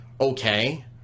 okay